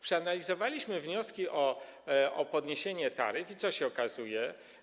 Przeanalizowaliśmy wnioski o podniesienie taryf i co się okazało?